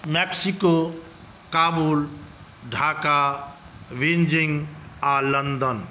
Mexico Kabul Dhaka Beijing आओर London